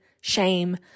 shame